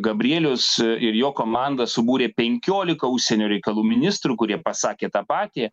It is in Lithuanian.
gabrielius ir jo komanda subūrė penkiolika užsienio reikalų ministrų kurie pasakė tą patį